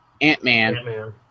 Ant-Man